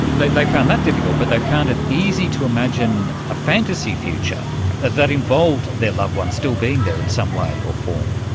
they they found that difficult, but they found it easy to imagine a fantasy future that involved their loved one still being there in some way or form.